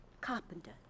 Carpenter